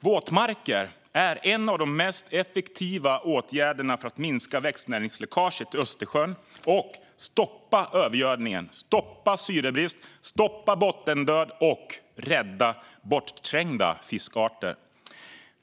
Våtmarker är en av de mest effektiva åtgärderna för att minska växtnäringsläckaget till Östersjön och stoppa övergödningen, stoppa syrebrist, stoppa bottendöd och rädda bortträngda fiskarter.